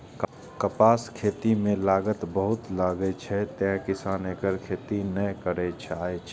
कपासक खेती मे लागत बहुत लागै छै, तें किसान एकर खेती नै करय चाहै छै